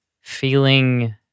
feeling